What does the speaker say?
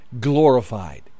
glorified